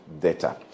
data